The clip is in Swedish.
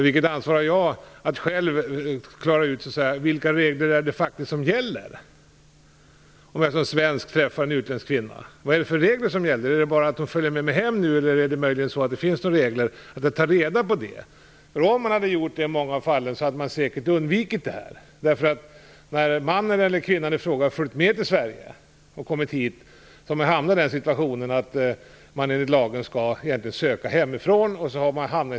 Vilket ansvar har jag själv som svensk för att klara ut vilka regler som gäller om jag träffar en utländsk kvinna? Jag bör ta reda på om hon bara kan följa med mig hem eller om det möjligen finns några regler. I många fall skulle man säkert ha undvikit problem om man hade gjort det. När mannen eller kvinnan i fråga har följt med till Sverige har man fått veta att man enligt lagen skulle ha gjort ansökan från hemlandet.